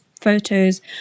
photos